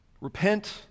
Repent